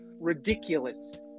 ridiculous